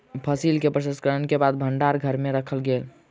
फसिल के प्रसंस्करण के बाद भण्डार घर में राखल गेल